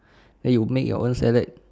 then you make your own salad